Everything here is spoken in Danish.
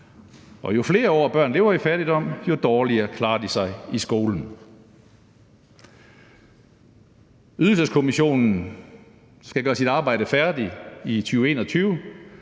jo flere år børn lever i fattigdom, jo dårligere klarer de sig i skolen. Ydelseskommissionen skal gøre sit arbejde færdigt i 2021,